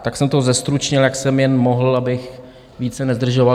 Tak jsem to zestručnil, jak jsem jen mohl, abych více nezdržoval.